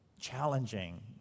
challenging